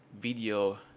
video